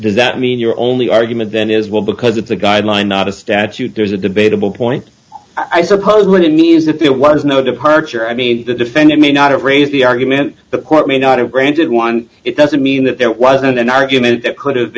does that mean your only argument then is well because it's a guideline not a statute there's a debatable point i suppose when it means that there was no departure i mean the defendant may not have raised the argument the court may not have granted one it doesn't mean that there wasn't an argument that could have